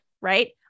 right